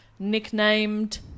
Nicknamed